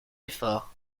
effort